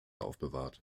aufbewahrt